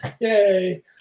Yay